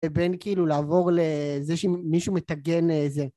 זה בין כאילו לעבור לזה שמישהו מטגן אה זה